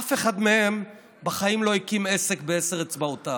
אף אחד מהם בחיים לא הקים עסק בעשר אצבעותיו.